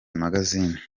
magazine